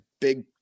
big